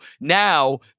now